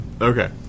Okay